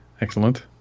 Excellent